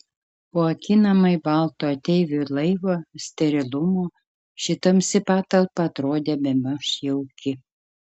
po akinamai balto ateivių laivo sterilumo ši tamsi patalpa atrodė bemaž jauki